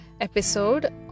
episode